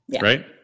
Right